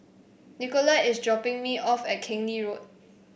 Nicolette is dropping me off at Keng Lee Road